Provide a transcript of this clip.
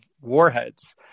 warheads